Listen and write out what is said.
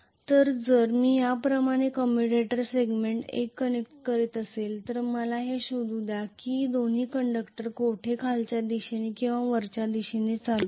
तर जर मी याप्रमाणे कम्युटेटर सेगमेंट 1 कनेक्ट करीत आहे तर मला हे शोधू द्या की दोन्ही कंडक्टर कोठे खालच्या दिशेने किंवा वरच्या दिशेने करंट आहेत